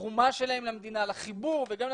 שלהם ומונע התבוללות ופשוט רק מקשר אותם בין הקהילות,